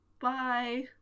Bye